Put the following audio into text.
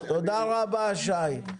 תודה רבה שי.